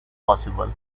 possible